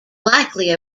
likely